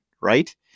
right